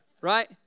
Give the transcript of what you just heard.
right